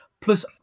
Plus